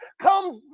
comes